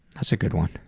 that's a good one.